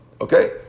Okay